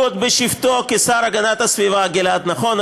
הוא, עוד בשבתו כשר להגנת הסביבה, גלעד, נכון?